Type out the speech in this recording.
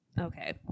Okay